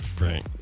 Right